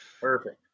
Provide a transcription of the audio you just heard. Perfect